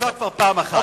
פעם אחת.